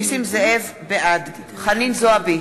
בעד חנין זועבי,